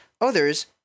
Others